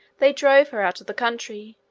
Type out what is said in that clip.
they drove her out of the country,